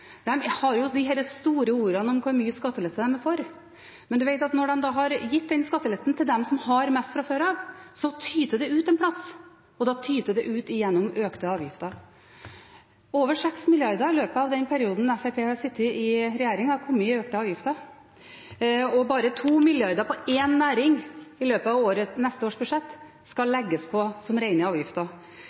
dem som har mest fra før, tyter det ut et sted – og da tyter det ut gjennom økte avgifter. Over 6 mrd. kr har, i løpet av den perioden Fremskrittspartiet har sittet i regjering, kommet i form av økte avgifter. 2 mrd. kr på bare én næring skal i løpet av neste års budsjett legges på som rene avgifter.